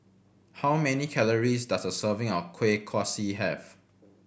how many calories does a serving of Kuih Kaswi have